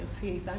face